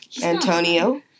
Antonio